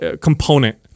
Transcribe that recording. component